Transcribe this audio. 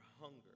hunger